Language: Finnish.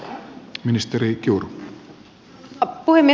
arvoisa puhemies